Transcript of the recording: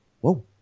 whoa